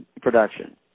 production